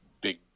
big